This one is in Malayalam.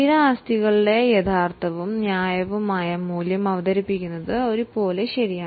ഫിക്സഡ് അസറ്റിന്റെ യഥാർത്ഥവും ന്യായവുമായ മൂല്യം അവതരിപ്പിക്കേണ്ടത് ഒരു പോലെ ആവശ്യമാണ്